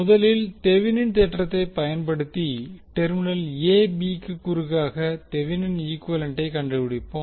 முதலில் தெவினினின் தேற்றத்தைப் பயன்படுத்தி டெர்மினல் a b க்கு குறுக்காக தெவினினின் ஈக்குவேலண்டை கண்டுபிடிப்போம்